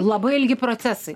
labai ilgi procesai